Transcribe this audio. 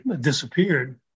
disappeared